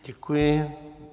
Děkuji.